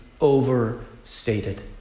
overstated